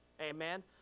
Amen